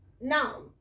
Now